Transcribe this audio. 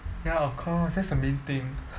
ya of course that's the main thing